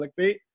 clickbait